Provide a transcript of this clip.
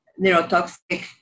neurotoxic